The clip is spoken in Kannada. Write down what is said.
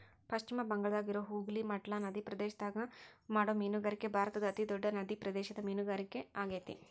ಪಶ್ಚಿಮ ಬಂಗಾಳದಾಗಿರೋ ಹೂಗ್ಲಿ ಮಟ್ಲಾ ನದಿಪ್ರದೇಶದಾಗ ಮಾಡೋ ಮೇನುಗಾರಿಕೆ ಭಾರತದ ಅತಿ ದೊಡ್ಡ ನಡಿಪ್ರದೇಶದ ಮೇನುಗಾರಿಕೆ ಆಗೇತಿ